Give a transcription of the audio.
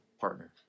partner